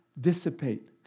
dissipate